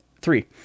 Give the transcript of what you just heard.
three